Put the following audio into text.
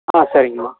ஆ சரிங்கம்மா